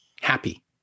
happy